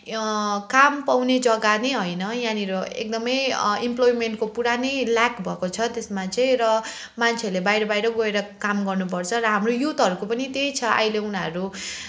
काम पाउने जग्गा पनि होइन यहाँनिर एकदमै इम्प्लोयमेन्टको पुरा नै ल्याक भएको छ त्यसमा चाहिँ र मान्छेले बाहिर बाहिर गएर काम गर्नुपर्छ र हाम्रो युथहरूको पनि त्यही छ अहिले उनीहरू